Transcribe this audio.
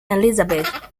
elizabeth